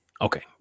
okay